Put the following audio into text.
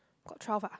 got twelve ah